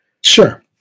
sure